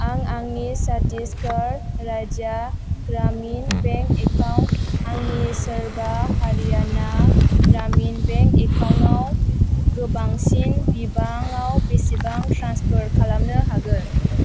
आं आंनि चत्तिसगर राज्य ग्रामिन बेंक एकाउन्ट आंनि सोरबा हारियाना ग्रामिन बेंक एकाउन्टाव गोबांसिन बिबाङाव बेसेबां ट्रेन्सफार खालामनो हागोन